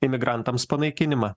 imigrantams panaikinimą